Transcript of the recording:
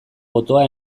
botoa